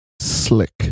Slick